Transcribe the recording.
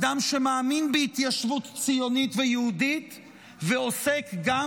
אדם שמאמין בהתיישבות ציונית ויהודית ועוסק גם